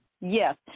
Yes